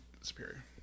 superior